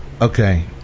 Okay